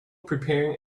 preparing